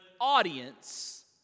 audience